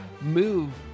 move